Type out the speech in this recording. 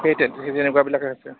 সেইটোৱে সেই তেনেকুৱাবিলাকেই আছে